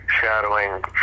shadowing